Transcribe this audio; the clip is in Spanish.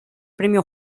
premio